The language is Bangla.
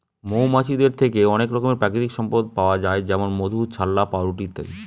মৌমাছিদের থেকে অনেক রকমের প্রাকৃতিক সম্পদ পাওয়া যায় যেমন মধু, ছাল্লা, পাউরুটি ইত্যাদি